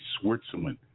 Switzerland